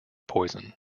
poison